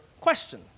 question